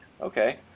Okay